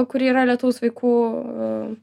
kuri yra lietaus vaikų